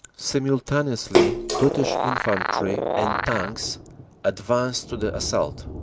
simultaneously british infantry and tanks advanced to the assault.